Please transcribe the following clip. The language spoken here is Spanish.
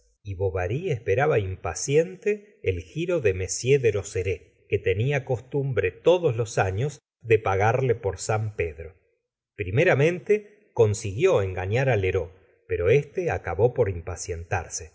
señora de bovart te el giro de m dorozerays que tenia costumbre todos los años de pagarle por san pedro primeramente consiguió engallar á lheureux pero éste acabó por impacientarse